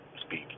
speak